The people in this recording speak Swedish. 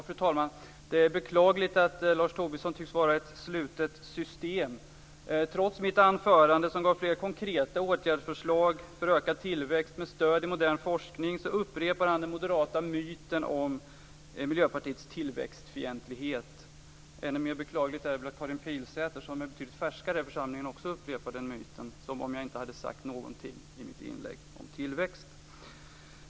Fru talman! Det är beklagligt att Lars Tobisson tycks vara ett slutet system. Trots mitt anförande, där jag gav flera konkreta åtgärdsförslag för ökad tillväxt med stöd i modern forskning, upprepar han den moderata myten om Miljöpartiets tillväxtfientlighet. Ännu mer beklagligt är väl att Karin Pilsäter, som är betydligt färskare i den här församlingen, också upprepade den myten, som om jag inte hade sagt någonting i mitt inlägg om tillväxt.